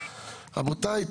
רבותיי,